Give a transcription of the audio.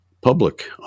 public